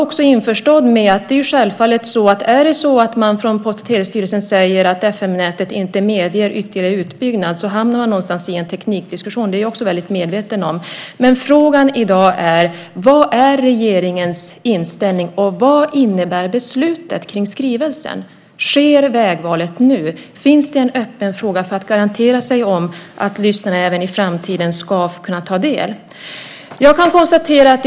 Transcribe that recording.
Och självfallet hamnar man i en teknikdiskussion om Post och telestyrelsen säger att FM-nätet inte medger ytterligare utbyggnad. Det är jag medveten om. Men vad är regeringens inställning i dag, och vad innebär beslutet om skrivelsen? Sker vägvalet nu? Finns det en möjlighet att garantera att lyssnarna även i framtiden ska kunna ta del av utbudet?